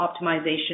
optimization